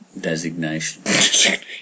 designation